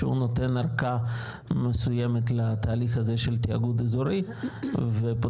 שהוא נותן אורכה מסוימת לתהליך הזה של תיאגוד אזורי ופותר